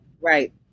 Right